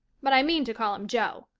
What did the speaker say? but i mean to call him jo.